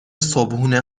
صبحونه